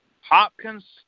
Hopkins